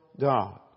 God